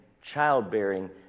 childbearing